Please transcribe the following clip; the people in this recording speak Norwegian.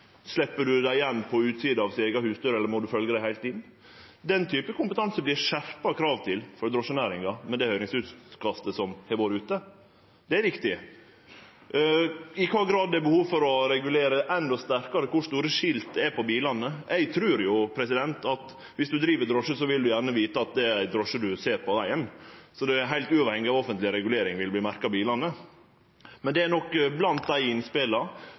Slepper ein dei av på utsida av deira eiga husdør, eller må ein følgje dei heilt inn? Den typen kompetanse vert det for drosjenæringa – med det høyringsutkastet som har vore ute – skjerpa krav til. Det er viktig. I kva grad det er behov for å regulere endå sterkare kor store skilt det er på bilane – eg trur at viss ein driv drosjenæring, vil ein gjerne ein skal vite at det er ein drosje ein ser på vegen. Heilt uavhengig av offentleg regulering vil bilane verte merkte. Men det er nok blant dei innspela